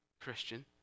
Christian